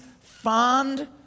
fond